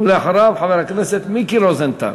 ואחריו, חבר הכנסת מיקי רוזנטל.